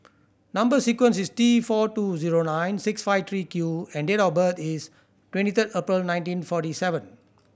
number sequence is T four two zero nine six five three Q and date of birth is twenty third April nineteen forty seven